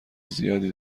زیادی